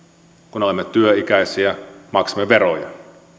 kun olemme työikäisiä maksamme veroja